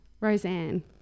Roseanne